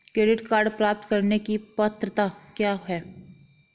Credit card प्राप्त करने की पात्रता क्या है?